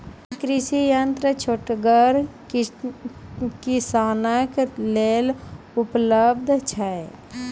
ई कृषि यंत्र छोटगर किसानक लेल उपलव्ध छै?